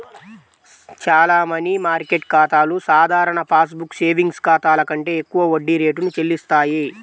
చాలా money market ఖాతాలు సాధారణ పాస్ బుక్ సేవింగ్స్ ఖాతాల కంటే ఎక్కువ వడ్డీ రేటును చెల్లిస్తాయి